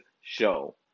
show